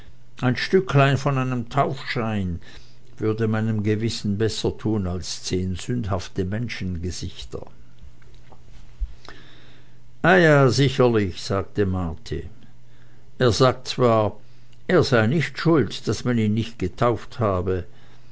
ein stücklein von einem taufschein würde meinem gewissen besser tun als zehn sündhafte menschengesichter eia sicherlich sagte marti er sagt zwar er sei nicht schuld daß man ihn nicht getauft habe